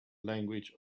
language